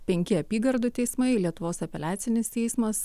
penki apygardų teismai lietuvos apeliacinis teismas